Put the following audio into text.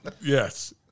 Yes